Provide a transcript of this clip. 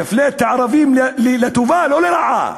תפלה את הערבים לטובה, לא לרעה,